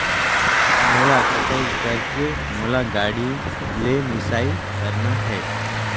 मोला कटाई करेके मोला गाड़ी ले मिसाई करना हे?